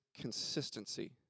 consistency